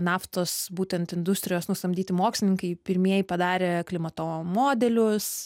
naftos būtent industrijos nusamdyti mokslininkai pirmieji padarė klimato modelius